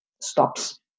stops